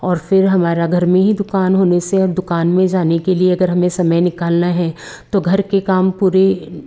और फिर हमारा घर में ही दुकान होने से और दुकान में जाने के लिए अगर हमें समय निकालना है तो घर के काम पूरे